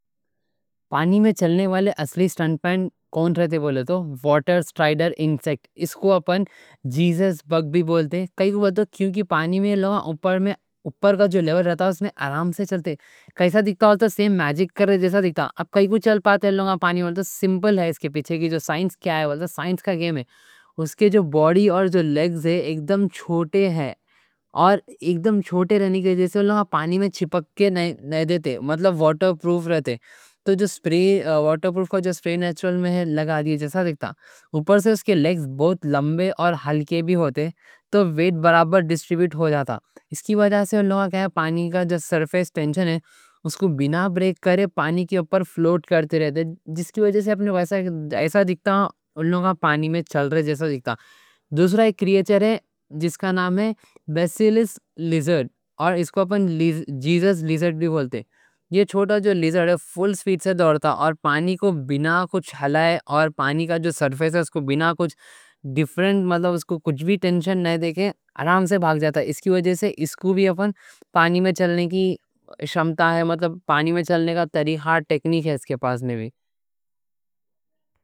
پانی میں چلنے والے اصلی اسٹنٹ کون رہتے، بولے تو؟ واٹر اسٹرائیڈر انسیکٹ، اس کو اپن جیزس بگ بھی بولتے۔ کائیں کوں بولتے، کیوں کہ پانی میں اوپر کا جو لیول رہتا، اس میں آرام سے چلتے۔ کیسا دیکھتا، بولے تو سیم ماجک کر رہے جیسا دیکھتا۔ اب کائیں کوں چل پاتے لوگا پانی میں، اس کے پیچھے کی سائنس کا گیم ہے۔ اس کی جو باڈی اور جو لیگز ہیں، ایک دم چھوٹے ہیں۔ ایک دم چھوٹے رہنے کے جیسے وہ پانی میں چپکتے نہیں دیتے، مطلب واٹر پروف رہتے۔ تو واٹر پروف کو سپرے نیچرل میں لگا جیسا دیکھتا۔ اوپر سے اس کے لیگز بہت لمبے اور ہلکے بھی ہوتے، تو ویٹ برابر ڈسٹریبیوٹ ہو جاتا۔ پانی کے جو سرفیس ٹینشن ہے، اس کو بغیر بریک کرے، پانی کے اوپر فلوٹ کرتے رہتے۔ جس کی وجہ سے پانی کے اوپر چل رہے جیسا دیکھتا۔ دوسرا ایک کریئچر ہے جس کا نام ہے بیسیلس لیزرڈ۔ اس کو اپن جیزس لیزرڈ بھی بولتے۔ یہ چھوٹا لیزرڈ فل سپیڈ سے دوڑتا، اور پانی کو بغیر کچھ ہلائے، اور پانی کا جو سرفیس ہے اس کو بغیر کچھ، مطلب اس کو کچھ بھی ٹینشن نہیں دے کے، آرام سے بھاگ جاتا۔ اس کو بھی پانی میں چلنے کی شمتہ ہے، پانی میں چلنے کا تریہار ٹیکنک ہے اس کے پاس میں بھی۔